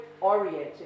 oriented